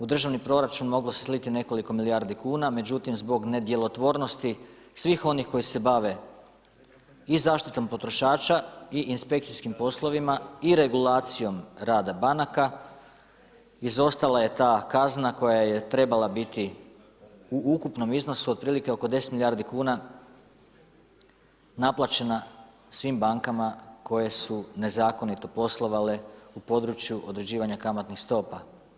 U državni proračun moglo se sliti nekoliko milijardi kuna, međutim zbog nedjelotvornosti svih onih koji se bave i zaštitom potrošača i inspekcijskim poslovima i regulacijom rada banaka, izostala je ta kazna koja je trebala biti u ukupnom iznosu otprilike oko 10 milijardi kuna naplaćena svim bankama koje su nezakonito poslovale u području određivanja kamatnih stopa.